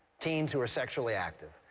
teens who are sexually active.